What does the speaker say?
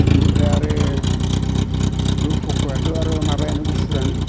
इनिफ्राय आरो रौ फखायाथ' आरो माबायानो गुफुरानो